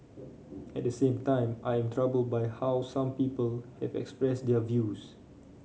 at the same time I am troubled by how some people have expressed their views